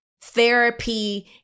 therapy